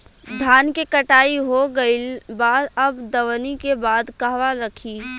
धान के कटाई हो गइल बा अब दवनि के बाद कहवा रखी?